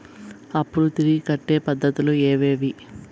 అప్పులు తిరిగి కట్టే పద్ధతులు ఏవేవి